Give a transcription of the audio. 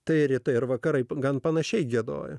tai rytai ir vakarai gan panašiai giedojo